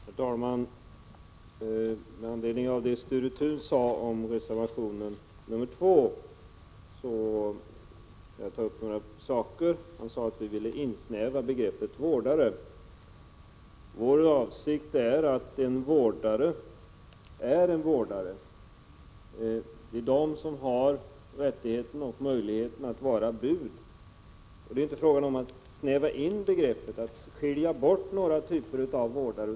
Herr talman! Med anledning av det Sture Thun sade om reservationen nr 2 vill jag ta upp några saker. Han sade att vi ville ge begreppet vårdare snävare betydelse. Vår åsikt är att en vårdare är en vårdare. Det är de som har rättigheten och möjligheten att vara bud. Det är inte fråga om att ge begreppet vårdare en snävare betydelse, att avskilja några typer av vårdare.